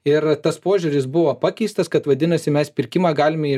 ir tas požiūris buvo pakeistas kad vadinasi mes pirkimą galime jį